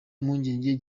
impungenge